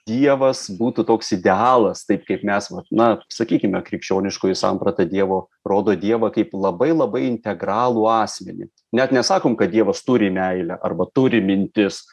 dievas būtų toks idealas taip kaip mes vat na sakykime krikščioniškoj samprata dievo rodo dievą kaip labai labai integralų asmenį net nesakom kad dievas turi meilę arba turi mintis